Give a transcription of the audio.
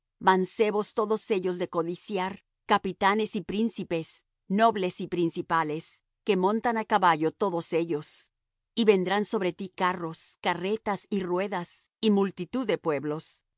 mancebos todos ellos de codiciar capitanes y príncipes nobles y principales que montan á caballo todos ellos y vendrán sobre ti carros carretas y ruedas y multitud de pueblos